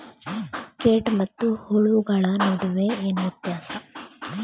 ಕೇಟ ಮತ್ತು ಹುಳುಗಳ ನಡುವೆ ಏನ್ ವ್ಯತ್ಯಾಸ?